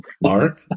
Mark